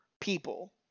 people